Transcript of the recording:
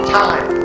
time